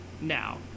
now